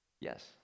Yes